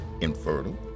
infertile